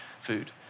food